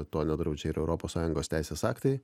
to nedraudžia ir europos sąjungos teisės aktai